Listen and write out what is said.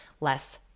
less